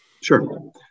Sure